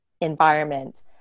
environment